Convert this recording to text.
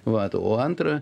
vat o antra